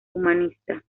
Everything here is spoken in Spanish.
humanista